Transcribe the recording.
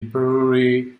brewery